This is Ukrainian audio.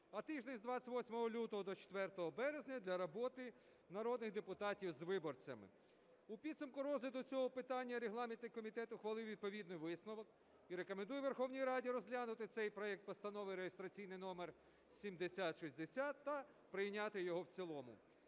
а тиждень з 28 лютого до 4 березня для роботи народних депутатів з виборцями. У підсумку розгляду цього питання регламентний комітет ухвалив відповідний висновок і рекомендує Верховній Раді розглянути цей проект Постанови реєстраційний номер 7060 та прийняти його в цілому.